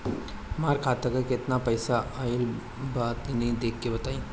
हमार खाता मे केतना पईसा आइल बा तनि देख के बतईब?